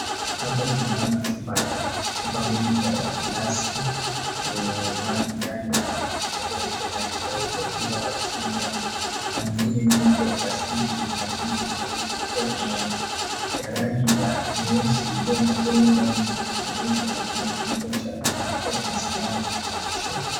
Hapa tunaona chupa mbili ya glasi zenye maji ndani yao, moja ikiwa imeandikwa Yellow Fever Vaccine, na nyingine cha plastiki na kifuniko cheupe. Pia kuna ya rangi ya nyeusi iliyo na tembe ndani yake na pia kuna sindano hapo chini.